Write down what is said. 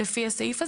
לפי הסעיף הזה,